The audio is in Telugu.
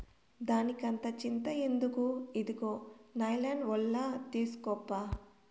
దానికంత చింత ఎందుకు, ఇదుగో నైలాన్ ఒల తీస్కోప్పా